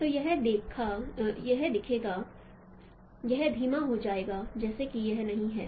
तो यह दिखेगा यह धीमा हो जाएगा जैसे कि यह नहीं है